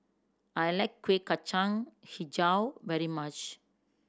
I like Kuih Kacang Hijau very much